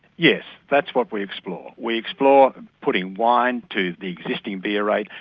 yes, that's what we explore. we explore and putting wine to the existing beer rate,